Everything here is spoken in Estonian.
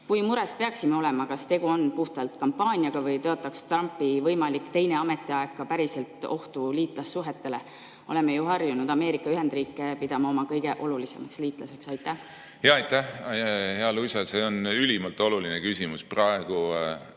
Kui mures peaksime olema? Kas tegu on puhtalt kampaaniaga või tõotaks Trumpi võimalik teine ametiaeg ka päriselt ohtu liitlassuhetele? Oleme ju harjunud Ameerika Ühendriike pidama oma kõige olulisemaks liitlaseks. Aitäh, austatud juhataja! Hea Marko! Sinu kõnes oli